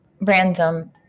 random